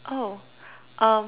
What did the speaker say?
oh um